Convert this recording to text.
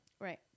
Right